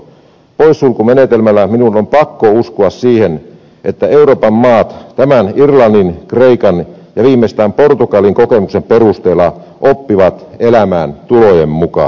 poissulkumenetelmällä minun on pakko uskoa siihen että euroopan maat irlannin kreikan ja viimeistään portugalin kokemuksen perusteella oppivat elämään tulojen mukaan